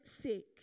sick